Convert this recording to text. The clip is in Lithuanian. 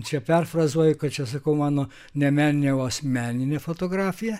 čia perfrazuoju kad čia sakau mano ne meninė o asmeninė fotografija